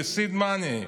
ל-seed money.